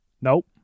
Nope